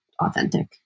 authentic